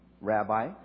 Rabbi